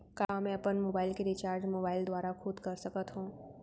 का मैं अपन मोबाइल के रिचार्ज मोबाइल दुवारा खुद कर सकत हव?